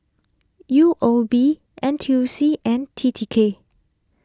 U O B N T U C and T T K